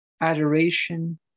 adoration